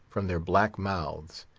from their black mouths.